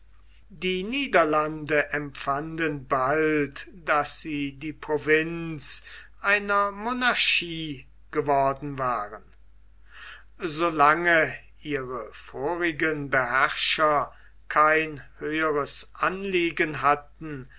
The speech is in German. die niederlande empfanden bald daß sie die provinz einer monarchie geworden waren so lange ihre vorigen beherrscher kein höheres anliegen hatten